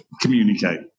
communicate